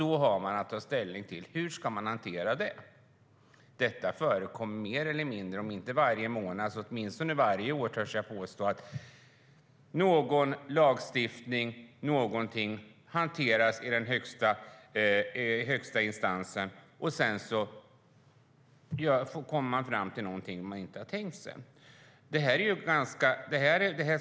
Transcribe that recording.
Då har man att ta ställning till hur man ska hantera det. Det förekommer mer eller mindre om inte varje månad så åtminstone varje år, törs jag påstå, att någon lagstiftning hanteras i den högsta instansen och att den kommer fram till någonting som man inte har tänkt sig.